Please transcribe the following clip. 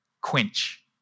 quench